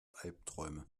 albträume